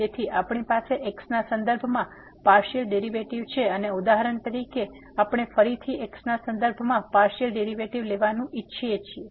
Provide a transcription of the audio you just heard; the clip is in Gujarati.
તેથી આપણી પાસે x ના સંદર્ભમાં પાર્સીઅલ ડેરીવેટીવ છે અને ઉદાહરણ તરીકે આપણે ફરીથી x ના સંદર્ભમાં પાર્સીઅલ ડેરીવેટીવ લેવાનું ઇચ્છીએ છીએ